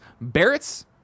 Barrett's